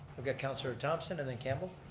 i've got councilor thomson and then campbell.